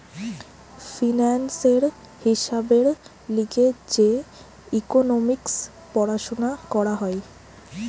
ফিন্যান্সের হিসাবের লিগে যে ইকোনোমিক্স পড়াশুনা করা হয়